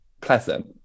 pleasant